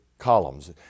columns